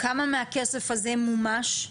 מה מהכסף הזה מומש?